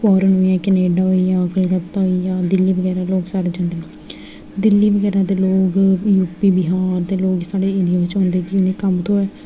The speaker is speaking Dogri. फॉरेन होइया कनैडा होइया कलकत्ता होइया दिल्ली बगैरा लोग सारे जंदे दिल्ली बगैरा दे लोग यू पी बिहार दे लोग साढ़े एरिया बिच औंदे की असें गी कम्म थ्होऐ